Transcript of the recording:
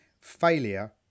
failure